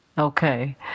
Okay